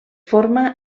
forma